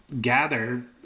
gather